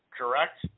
correct